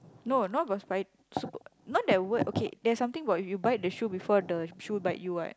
no not got spi~ not that word okay there's something about if you bite the shoe before the shoe bite you what